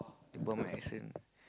they bought my accent